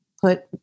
put